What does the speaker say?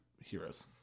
heroes